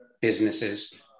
businesses